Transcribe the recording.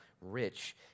rich